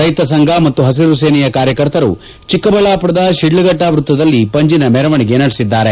ರೈತ ಸಂಘ ಮತ್ತು ಹಸಿರುಸೇನೆಯ ಕಾರ್ಯಕರ್ತರು ಚಿಕ್ಕಬಳ್ಳಾಪುರದ ಶಿಧ್ಲಘಟ್ಟಾ ವೃತ್ತದಲ್ಲಿ ಪಂಜಿನ ಮೆರವಣಿಗೆ ನಡೆಸಿದ್ದಾರೆ